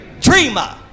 Dreamer